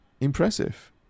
impressive